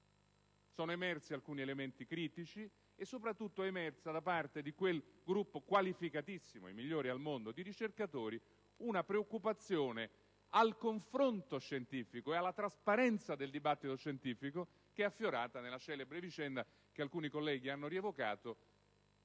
sono emersi alcuni elementi critici e, soprattutto, è emersa da parte di quel gruppo qualificatissimo di ricercatori - il migliore al mondo - una preoccupazione al confronto scientifico e alla trasparenza del dibattito scientifico che è affiorata nella celebre vicenda che alcuni colleghi hanno rievocato